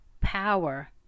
Power